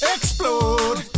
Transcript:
Explode